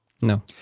No